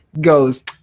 goes